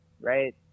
right